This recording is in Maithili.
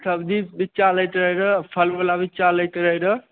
सब्जी बीच्चा लैके रहय रऽ फल बला बीच्चा लैके रहय रऽ